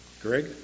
Greg